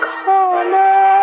corner